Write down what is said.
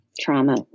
trauma